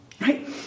Right